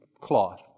cloth